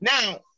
Now